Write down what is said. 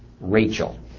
Rachel